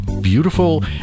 beautiful